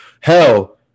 Hell